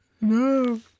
No